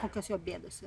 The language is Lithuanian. kokios jo bėdos